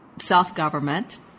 self-government